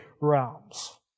realms